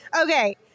okay